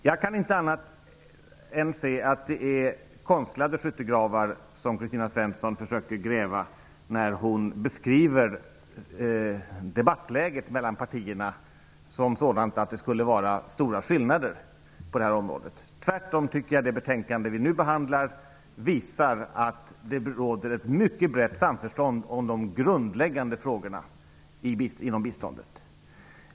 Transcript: Jag kan inte se att det är annat än konstlade skyttegravar som Kristina Svensson försöker att gräva när hon beskriver debattläget mellan partierna som sådant att det skulle råda stora skillnader på detta område. Tvärtom visar det betänkande som vi nu behandlar att det råder ett mycket brett samförstånd om de grundläggande frågorna inom biståndet.